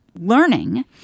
learning